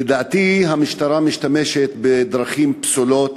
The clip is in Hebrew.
לדעתי המשטרה משתמשת בדרכים פסולות.